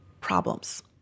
problems